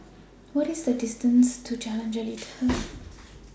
What IS The distance to Jalan Jelita